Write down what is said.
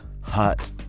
hut